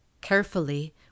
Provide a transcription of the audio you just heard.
Carefully